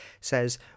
says